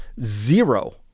zero